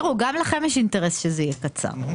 גם לכם יש אינטרס שזה יהיה קצר.